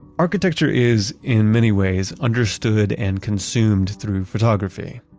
architecture is in many ways understood and consumed through photography.